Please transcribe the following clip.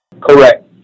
Correct